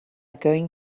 going